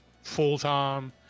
full-time